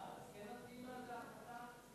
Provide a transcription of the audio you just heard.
אז כן מצביעים על ההחלטה?